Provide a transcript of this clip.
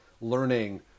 learning